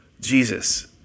Jesus